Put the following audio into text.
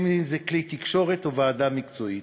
אם כלי תקשורת או ועדה מקצועית.